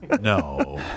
No